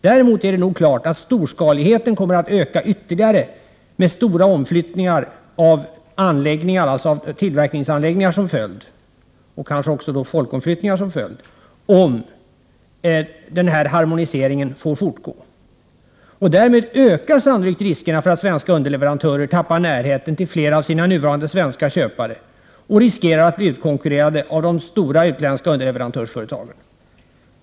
Däremot är det nog klart att storskaligheten kommer att öka ytterligare, med stora omflyttningar av tillverkningsanläggningar och kanske också folkomflytt Prot. 1988/89:129 ningar som följd, om denna harmonisering får fortgå. Därmed ökar sannolikt — 6 juni 1989 riskerna för att svenska underleverantörer tappar närheten till flera av sina nuvarande svenska köpare och riskerar att bli utkonkurrerade av de stora utländska underleverantörsföretagen.